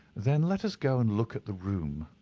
then let us go and look at the room.